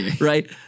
right